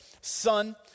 son